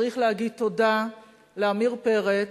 צריך להגיד תודה לעמיר פרץ,